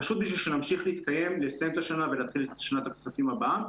פשוט בשביל שנמשיך להתקיים- לסיים את השנה ולהתחיל את שנת הכספים הבאה,